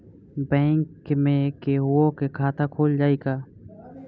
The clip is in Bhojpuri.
बैंक में केहूओ के खाता खुल जाई का?